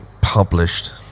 published